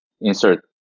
insert